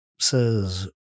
says